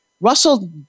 Russell